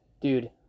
Dude